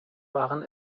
waren